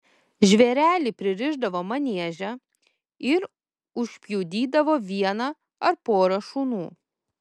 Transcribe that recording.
žvėrelį pririšdavo manieže ir užpjudydavo vieną ar porą šunų